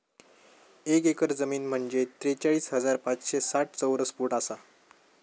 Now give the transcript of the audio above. एक एकर जमीन म्हंजे त्रेचाळीस हजार पाचशे साठ चौरस फूट आसा